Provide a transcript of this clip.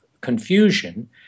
confusion